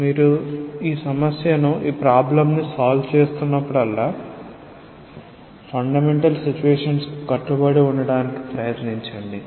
కాబట్టి మీరు సమస్యను పరిష్కరిస్తున్నప్పుడల్లా ఫండమెంటల్ సిచువేషన్స్ కు కట్టుబడి ఉండటానికి ప్రయత్నించండి